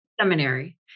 seminary